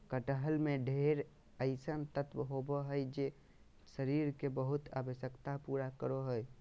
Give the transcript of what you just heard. कटहल में ढेर अइसन तत्व होबा हइ जे शरीर के बहुत आवश्यकता पूरा करा हइ